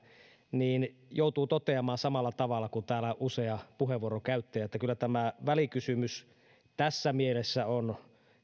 niin joutuu toteamaan samalla tavalla kuin täällä usea puheenvuoron käyttäjä että kyllä tämä välikysymys tässä mielessä on